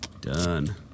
Done